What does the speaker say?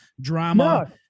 drama